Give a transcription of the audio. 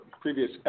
previous